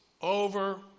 over